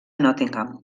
nottingham